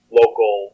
local